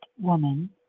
Woman